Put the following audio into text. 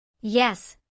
Yes